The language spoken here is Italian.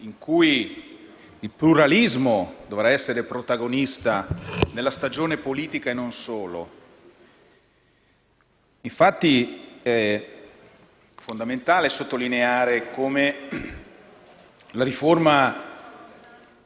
in cui il pluralismo dovrà essere protagonista della stagione politica, e non solo. È fondamentale sottolineare come la riforma